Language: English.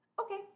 Okay